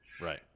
Right